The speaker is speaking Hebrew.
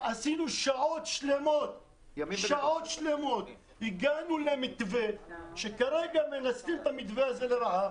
עשינו שעות שלמות והגענו למתווה שכרגע מנצלים את המתווה הזה לרעה